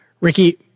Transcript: Ricky